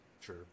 Sure